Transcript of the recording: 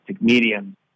medium